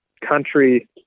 country